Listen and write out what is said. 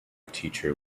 teacher